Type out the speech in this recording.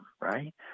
right